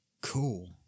cool